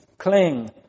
Cling